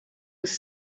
was